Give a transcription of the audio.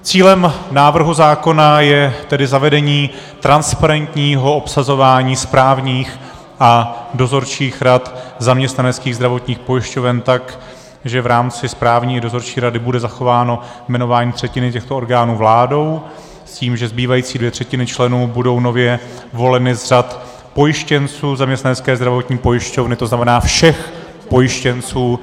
Cílem návrhu zákona je tedy zavedení transparentního obsazování správních a dozorčích rad zaměstnaneckých zdravotních pojišťoven tak, že v rámci správní i dozorčí rady bude zachováno jmenování třetiny těchto orgánů vládou s tím, že zbývající dvě třetiny členů budou nově voleny z řad pojištěnců zaměstnanecké zdravotní pojišťovny, to znamená všech pojištěnců.